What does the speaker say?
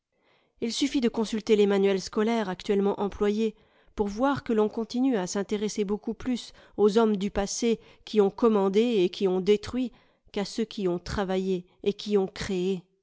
il suffit de consulter les manuels scolaires actuellement employés pour voir que l'on continue à s'intéresser beaucoup plus aux hommes du passé qui ont commandé et qui ont détruit qu'à ceux qui ont travaillé et qui ont créé